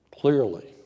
clearly